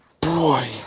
boy